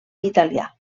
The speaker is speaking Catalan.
italià